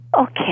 Okay